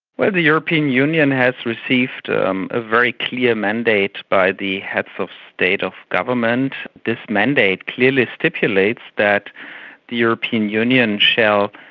european union has received um a very clear mandate by the heads of state of government. this mandate clearly stipulates that the european union shall,